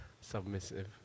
submissive